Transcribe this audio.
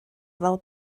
fel